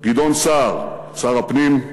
גדעון סער, שר הפנים,